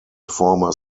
former